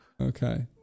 Okay